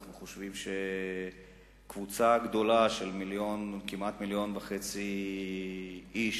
אנחנו חושבים שקבוצה גדולה של כמעט מיליון וחצי איש,